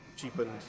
cheapened